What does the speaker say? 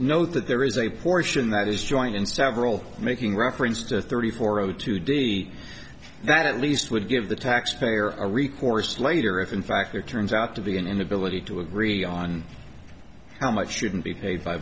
know that there is a portion that is joint and several making reference to thirty four zero two d that at least would give the taxpayer a recourse later if in fact there turns out to be an inability to agree on how much shouldn't be paid by